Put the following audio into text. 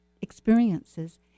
experiences